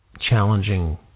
challenging